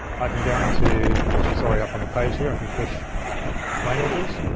i can go into, actually, it's already up on the page here. i can push languages,